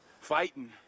fighting